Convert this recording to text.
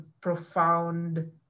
profound